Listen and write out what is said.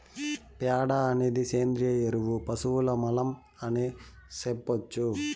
ప్యాడ అనేది సేంద్రియ ఎరువు పశువుల మలం అనే సెప్పొచ్చు